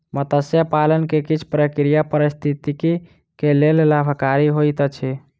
मत्स्य पालन के किछ प्रक्रिया पारिस्थितिकी के लेल लाभकारी होइत अछि